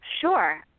Sure